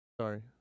Sorry